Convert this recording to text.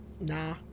Nah